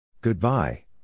Goodbye